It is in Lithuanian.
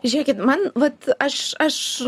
žiūrėkit man vat aš aš